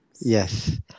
Yes